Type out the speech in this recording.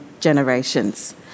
generations